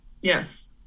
Yes